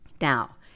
Now